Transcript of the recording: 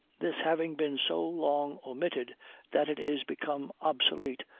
this having been so long omitted that it is become obsolete,